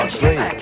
three